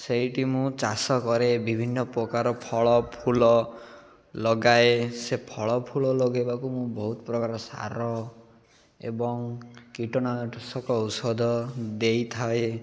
ସେଇଠି ମୁଁ ଚାଷ କରେ ବିଭିନ୍ନ ପ୍ରକାର ଫଳଫୁଲ ଲଗାଏ ସେ ଫଳଫୁଲ ଲଗେଇବାକୁ ମୁଁ ବହୁତ ପ୍ରକାର ସାର ଏବଂ କୀଟନାଶକ ଔଷଧ ଦେଇଥାଏ